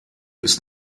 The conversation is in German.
ist